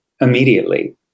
immediately